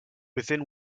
within